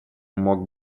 мог